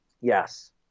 Yes